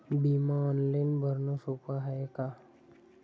बिमा ऑनलाईन भरनं सोप हाय का?